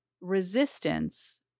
resistance